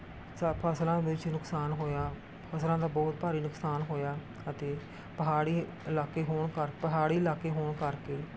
ਸ ਫਸਲਾਂ ਵਿੱਚ ਨੁਕਸਾਨ ਹੋਇਆ ਫਸਲਾਂ ਦਾ ਬਹੁਤ ਭਾਰੀ ਨੁਕਸਾਨ ਹੋਇਆ ਅਤੇ ਪਹਾੜੀ ਇਲਾਕੇ ਹੋਣ ਕਰ ਪਹਾੜੀ ਇਲਾਕੇ ਹੋਣ ਕਰਕੇ